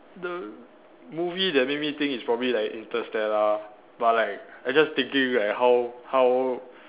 the movie that made me think it's probably like Interstellar but like I just thinking like how how